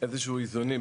איזשהם איזונים,